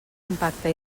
impacte